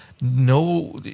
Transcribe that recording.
no